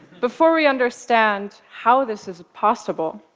before we understand how this is possible,